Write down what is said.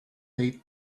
they